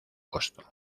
costo